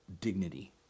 dignity